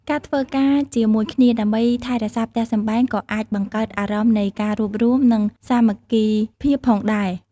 ការធ្វើការជាមួយគ្នាដើម្បីថែរក្សាផ្ទះសម្បែង ក៏អាចបង្កើតអារម្មណ៍នៃការរួបរួម និងសាមគ្គីភាពផងដែរ។